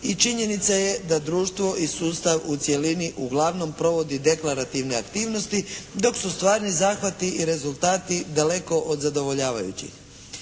i činjenica je da društvo i sustav u cjelini uglavnom provodi deklarativne aktivnosti dok su stvarni zahvati i rezultati daleko od zadovoljavajućih.